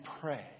pray